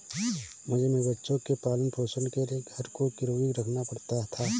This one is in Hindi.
मुझे मेरे बच्चे के पालन पोषण के लिए घर को गिरवी रखना पड़ा था